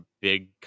big